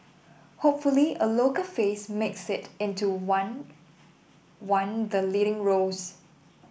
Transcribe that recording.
hopefully a local face makes it into one one the leading roles